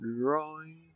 drawing